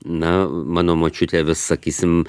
na mano močiutė vis sakysim